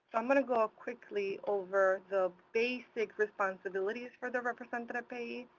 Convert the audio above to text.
i'm gonna go ah quickly over the basic responsibilities for the representative payee.